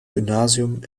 gymnasium